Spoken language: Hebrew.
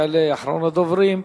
יעלה אחרון הדוברים,